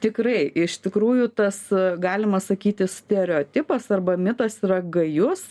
tikrai iš tikrųjų tas galima sakyti stereotipas arba mitas yra gajus